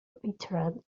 veteran